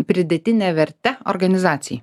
pridėtine verte organizacijai